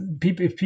people